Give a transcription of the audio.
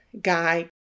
guy